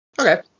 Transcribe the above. Okay